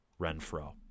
Renfro